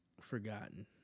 forgotten